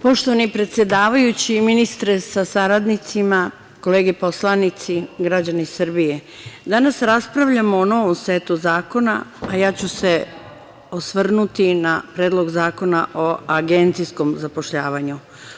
Poštovani predsedavajući, ministre sa saradnicima, kolege poslanici, građani Srbije, danas raspravljamo o novom setu zakona, a ja ću se osvrnuti na Predlog zakona o agencijskom zapošljavanju.